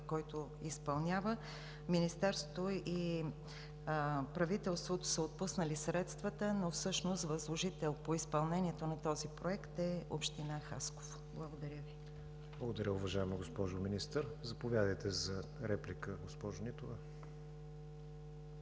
който изпълнява. Министерството и правителството са отпуснали средствата, но всъщност възложител по изпълнението на този проект е Община Хасково. Благодаря Ви. ПРЕДСЕДАТЕЛ КРИСТИАН ВИГЕНИН: Благодаря, уважаема госпожо Министър. Заповядайте за реплика, госпожо Нитова.